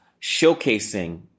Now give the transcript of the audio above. showcasing